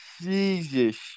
Jesus